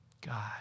God